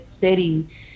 city